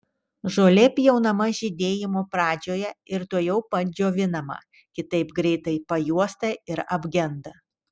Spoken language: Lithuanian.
žolė pjaunama žydėjimo pradžioje ir tuojau pat džiovinama kitaip greitai pajuosta ir apgenda